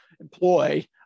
employ